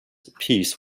peace